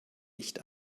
nicht